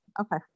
okay